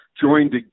joined